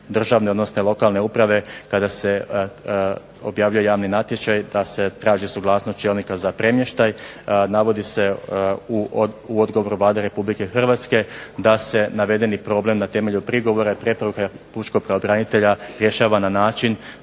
odnosno lokalne uprave kada se objavljuje javni natječaj da se traži suglasnost čelnika za premještaj. Navodi se u odgovoru Vlade RH da se navedeni problem na temelju prigovora i preporuka pučkog pravobranitelja rješava na način